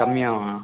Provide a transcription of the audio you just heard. கம்மியாவா